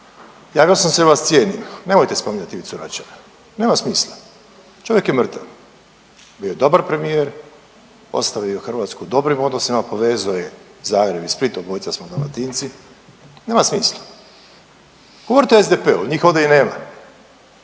Javio sam se jer vas cijenim. Nemojte spominjati Ivicu Račana, nema smisla. Čovjek je mrtav. Bio je dobar premijer. Ostavio je Hrvatsku u dobrim odnosima, povezao je Zagreb i Split. Obojica smo Dalmatinci, nema smisla. Govorite o SDP-u. Njih ovdje i nema,